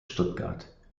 stuttgart